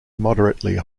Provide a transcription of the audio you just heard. moderately